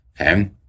Okay